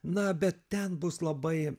na bet ten bus labai